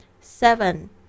Seven